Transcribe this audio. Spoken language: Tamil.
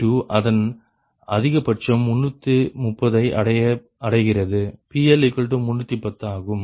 Pg2 அதன் அதிகபட்சம் 130ஐ அடைகிறது PL310 ஆகும்